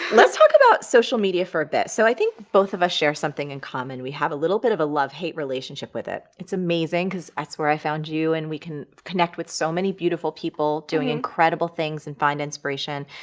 let's talk about social media for a bit. so i think both of us share something in common. we have a little bit of a love-hate relationship with it. it's amazing, because that's where i found you, and we can connect with so many beautiful people doing incredible things and find inspiration.